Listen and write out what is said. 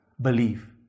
Believe